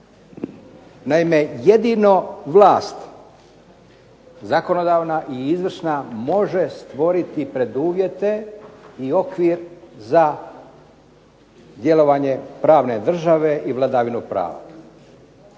Naime, jedino vlast zakonodavna i izvršna može stvoriti preduvjete i okvir za djelovanje pravne države i vladavinu prava.